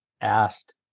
asked